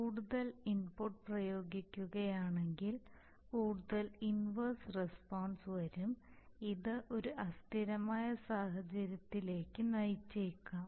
കൂടുതൽ ഇൻപുട്ട് പ്രയോഗിക്കുകയാണെങ്കിൽ കൂടുതൽ ഇൻവർസ് റസ്പോൺസ് വരും ഇത് ഒരു അസ്ഥിരമായ സാഹചര്യത്തിലേക്ക് നയിച്ചേക്കാം